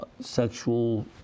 sexual